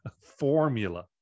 formula